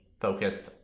focused